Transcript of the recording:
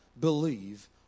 believe